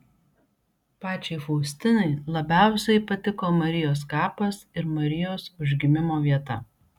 pačiai faustinai labiausiai patiko marijos kapas ir marijos užmigimo vieta